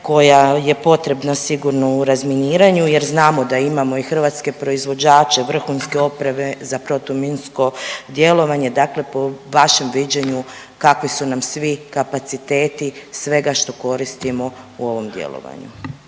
koja je potrebna sigurno u razminiranju jer znamo da imamo i hrvatske proizvođače vrhunske opreme za protuminsko djelovanje, dakle po vašem viđenju, kakvi su nam svi kapaciteti svega što koristimo u ovom djelovanju?